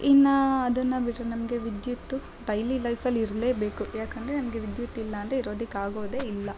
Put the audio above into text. ಇನ್ನು ಅದನ್ನು ಬಿಟ್ರೆ ನಮಗೆ ವಿದ್ಯುತ್ತು ಡೈಲಿ ಲೈಫಲ್ಲಿ ಇರಲೇಬೇಕು ಯಾಕಂದರೆ ನಮಗೆ ವಿದ್ಯುತ್ ಇಲ್ಲ ಅಂದರೆ ಇರೋದಿಕ್ಕೆ ಆಗೋದೇ ಇಲ್ಲ